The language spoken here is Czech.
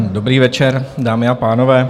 Dobrý večer, dámy a pánové.